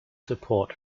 support